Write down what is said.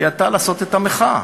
היא הייתה לעשות את המחאה.